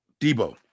debo